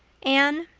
anne,